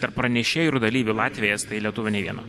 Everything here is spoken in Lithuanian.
tarp pranešėjų ir dalyvių latviai estai lietuvių nei vieno